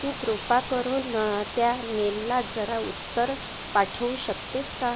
तू कृपा करून त्या मेलला जरा उत्तर पाठवू शकतेस का